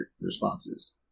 responses